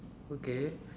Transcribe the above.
okay